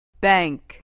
Bank